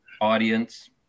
audience